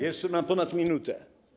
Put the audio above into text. Jeszcze mam ponad minutę.